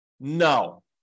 No